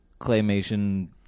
claymation